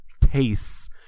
tastes